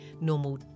normal